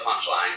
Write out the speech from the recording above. punchline